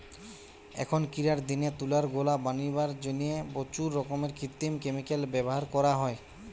অখনকিরার দিনে তুলার গোলা বনিবার জিনে প্রচুর রকমের কৃত্রিম ক্যামিকাল ব্যভার করা হয়